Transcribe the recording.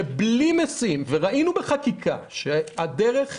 שבלי משים וראינו בחקיקה שהדרך